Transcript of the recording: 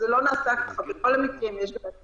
זה לא נעשה ככה בכל המקרים על פי